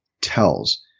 tells